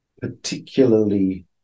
particularly